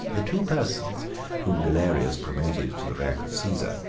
the two persons whom galerius promoted to the rank of caesar,